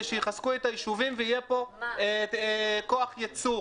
שיחזקו את היישובים ושיהיה פה כוח ייצור.